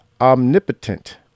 omnipotent